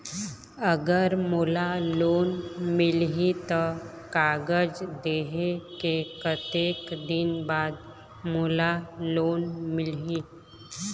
अगर मोला लोन मिलही त कागज देहे के कतेक दिन बाद मोला लोन मिलही?